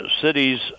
cities